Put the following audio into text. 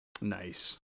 Nice